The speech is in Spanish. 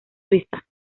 suiza